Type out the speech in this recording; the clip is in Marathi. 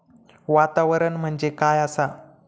वातावरण म्हणजे काय आसा?